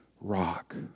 rock